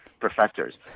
professors